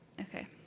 Okay